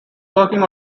working